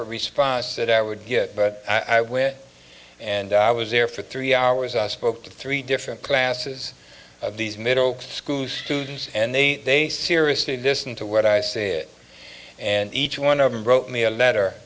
of response that i would get but i went and i was there for three hours i spoke to three different classes of these middle school students and they they seriously distant to what i say and each one of them wrote me a letter